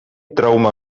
trauma